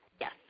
Yes